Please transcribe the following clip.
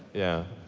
yeah.